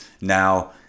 Now